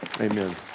amen